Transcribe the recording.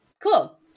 Cool